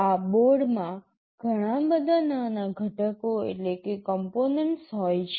આ બોર્ડમાં ઘણા બધા નાના ઘટકો હોય છે